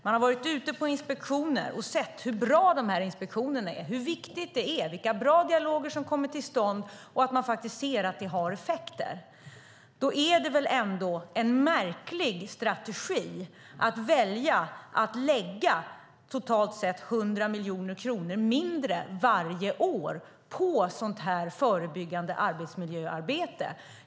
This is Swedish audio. Man har varit ute på inspektioner och sett hur bra de är, hur viktiga de är och vilka bra dialoger som kommer till stånd. Man ser faktiskt att det här har effekter. Då är det väl en märklig strategi att välja att lägga totalt sett 100 miljoner kronor mindre varje år på sådant förebyggande arbetsmiljöarbete?